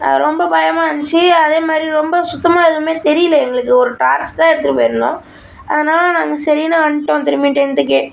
ரொம்ப பயமாக இருந்துச்சி அதேமாதிரி ரொம்ப சுத்தமாக எதுவுமே தெரியல எங்களுக்கு ஒரு டார்ச் தான் எடுத்துகிட்டு போய் இருந்தோம் அதுனால் நாங்கள் சரின்னு வந்துட்டோம் திரும்பி டெண்ட்டுக்கே